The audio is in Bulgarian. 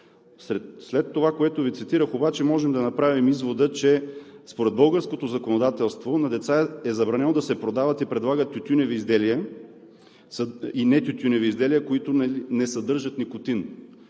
След това, което Ви цитирах обаче, можем да направим извода, че според българското законодателство на деца е забранено да се продават и предлагат тютюневи и нетютюневи изделия, които не съдържат никотин,